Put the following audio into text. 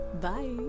Bye